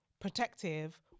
protective